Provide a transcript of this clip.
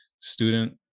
student